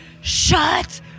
shut